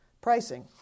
pricing